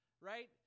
right